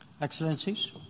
Excellencies